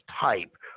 type